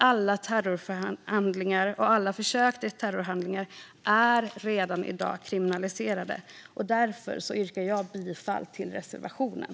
Alla terrorhandlingar och alla försök till terrorhandlingar är redan i dag kriminaliserade. Därför yrkar jag bifall till reservationen.